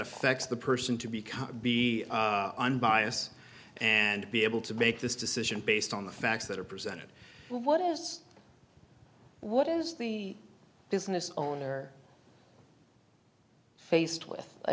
affects the person to become be unbias and be able to make this decision based on the facts that are presented what is what is the business on there faced with i